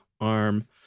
arm